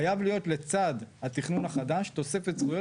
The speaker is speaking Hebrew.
חייב להיות לצד התכנון החדש תוספת זכויות